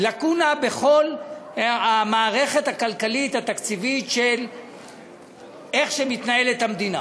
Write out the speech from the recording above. לקונה בכל המערכת הכלכלית התקציבית של איך שמתנהלת המדינה.